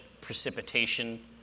precipitation